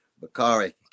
Bakari